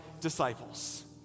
disciples